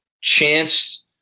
chance